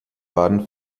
baden